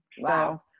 Wow